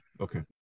Okay